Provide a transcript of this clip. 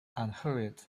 unhurried